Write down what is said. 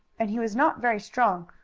and he was not very strong,